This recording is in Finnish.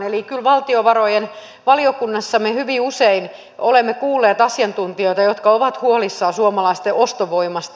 eli kyllä valtiovarainvaliokunnassa me hyvin usein olemme kuulleet asiantuntijoita jotka ovat huolissaan suomalaisten ostovoimasta